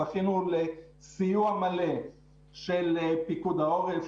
זכינו לסיוע מלא של פיקוד העורף,